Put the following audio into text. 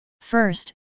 First